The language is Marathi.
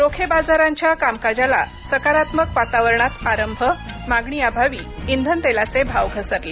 रोखे बाजारांच्या कामकाजाला सकारात्मक वातावरणात आरंभ मागणीअभावी इंधन तेलाचे भाव घसरले